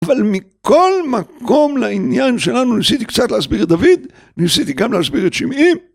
אבל מכל מקום לעניין שלנו ניסיתי קצת להסביר דוד, ניסיתי גם להסביר את שמיים.